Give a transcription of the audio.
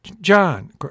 John